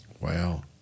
Wow